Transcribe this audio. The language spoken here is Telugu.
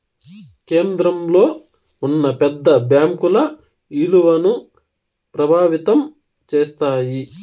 కేంద్రంలో ఉన్న పెద్ద బ్యాంకుల ఇలువను ప్రభావితం చేస్తాయి